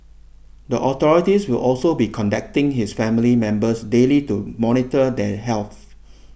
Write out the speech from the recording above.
the authorities will also be contacting his family members daily to monitor their health